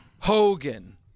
Hogan